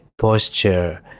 posture